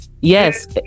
Yes